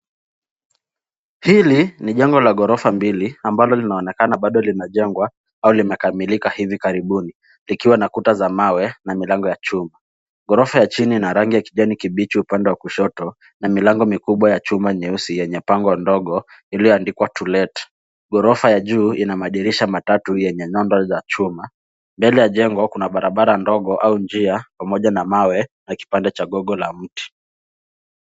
Hili ni jengo la ghorofa mbili ambalo linaonekana bado linajengwa au limekamilika hivi karibuni likiwa na kuta za mawe na milango ya chuma. Ghorofa ya chini ina rangi ya kijani kibichi upande wa kushoto na milango mikubwa ya chuma nyeusi yenye bango ndogo iliyoandikwa to let . Ghorofa ya juu ina madirisha matatu yenye nondo za chuma. Mbele ya jengo kuna barabara ndogo au njia pamoja na mawe na kipande cha gogo la mti.